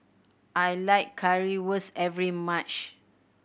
I like Currywurst every much